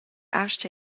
astga